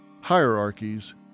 hierarchies